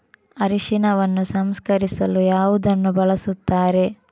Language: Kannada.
ಅರಿಶಿನವನ್ನು ಸಂಸ್ಕರಿಸಲು ಯಾವುದನ್ನು ಬಳಸುತ್ತಾರೆ?